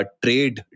trade